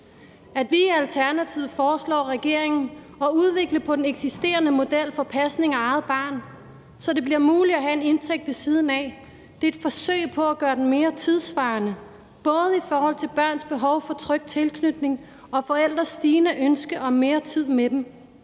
At vi i Alternativet foreslår regeringen at udvikle på den eksisterende model for pasning af eget barn, så det bliver muligt at have en indtægt ved siden af, er et forsøg på at gøre den mere tidssvarende, både i forhold til børns behov for tryg tilknytning og for forældrenes stigende ønske om mere tid sammen